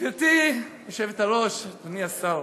גברתי היושבת-ראש, אדוני השר,